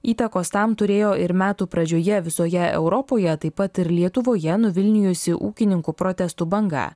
įtakos tam turėjo ir metų pradžioje visoje europoje taip pat ir lietuvoje nuvilnijusi ūkininkų protestų banga